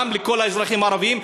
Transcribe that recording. גם לכל האזרחים הערבים,